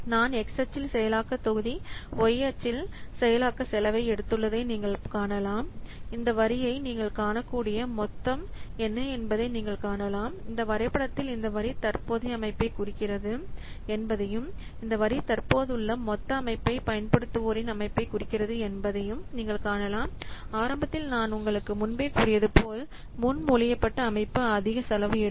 நான் X அச்சில் செயலாக்க தொகுதி y அச்சு செயலாக்க செலவை எடுத்துள்ளதை நீங்கள் காணலாம் மேலும் இந்த வரியை நீங்கள் காணக்கூடிய மொத்தம் என்ன என்பதை நீங்கள் காணலாம் இந்த வரைபடத்தில் இந்த வரி தற்போதைய அமைப்பைக் குறிக்கிறது என்பதையும் இந்த வரி தற்போதுள்ள மொத்த அமைப்பை பயன்படுத்துவோரின் அமைப்பைக் குறிக்கிறது என்பதையும் நீங்கள் காணலாம் ஆரம்பத்தில் நான் உங்களுக்கு முன்பே கூறியது போல முன்மொழியப்பட்ட அமைப்பு அதிக செலவு எடுக்கும்